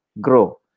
grow